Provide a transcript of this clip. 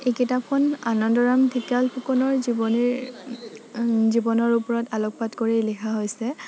এই কিতাপখন আনন্দৰাম ঢেকিয়াল ফুকনৰ জীৱনীৰ জীৱনৰ ওপৰত আলোকপাত কৰি লিখা হৈছে